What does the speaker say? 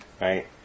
Right